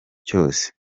cyose